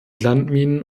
landminen